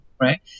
Right